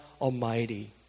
Almighty